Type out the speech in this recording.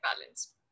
balance